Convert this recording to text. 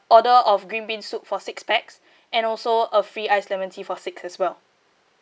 order of green bean soup for six pax and also a free ice lemon tea for six as well